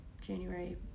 January